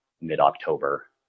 mid-October